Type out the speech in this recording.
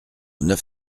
neuf